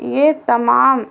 یہ تمام